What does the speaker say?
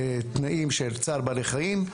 לתנאים של צער בעלי חיים.